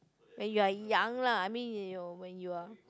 when you are young lah I mean you you when you are